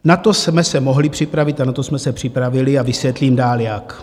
Na to jsme se mohli připravit a na to jsme se připravili, a vysvětlím dál, jak.